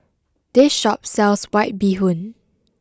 this shop sells White Bee Hoon